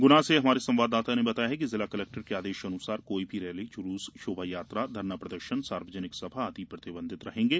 गुना से हमारे संवाददाता ने बताया है कि जिला कलेक्टर के आदेश अनुसार कोई भी रैली जुलूस शोभा यात्रा धरना प्रदर्शन सार्वजनिक सभा आदि प्रतिबंधित रहेंगे